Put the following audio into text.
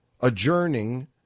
adjourning